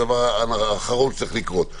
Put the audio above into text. זה הדבר האחרון שצריך לקרות.